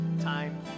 time